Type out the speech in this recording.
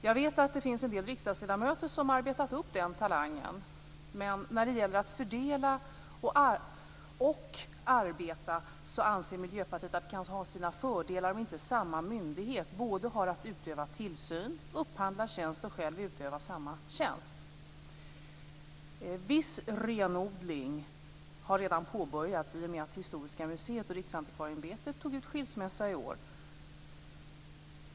Jag vet att det finns en del riksdagsledamöter som arbetat på den talangen, men när det gäller att fördela och arbeta anser Miljöpartiet att det har sina fördelar att inte samma myndighet har att utöva tillsyn och upphandla tjänster och själv utöva samma verksamhet. Viss renodling har redan påbörjats i och med att Historiska museet och Riksantikvarieämbetet tog ut skilsmässa i år.